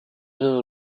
nos